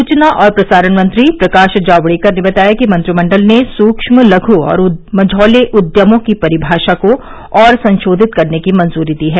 सूचना और प्रसारण मंत्री प्रकाश जावड़ेकर ने बताया कि मंत्रिमंडल ने सूक्ष्म लघु और मझौले उद्यमों की परिभाषा को और संशोधित करने की मंजूरी दी है